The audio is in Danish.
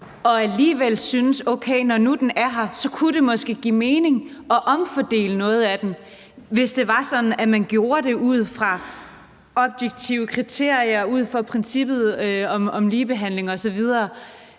og alligevel synes, at når nu den er der, så kunne det måske give mening at omfordele noget af den, hvis det var sådan, at man gjorde det ud fra objektive kriterier og ud fra princippet om ligebehandling osv.